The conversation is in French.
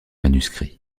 manuscrits